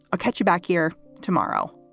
catch you back here tomorrow